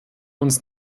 uns